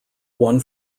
one